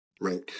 Right